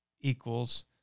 equals